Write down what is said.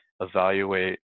Evaluate